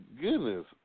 goodness